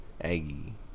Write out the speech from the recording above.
Aggie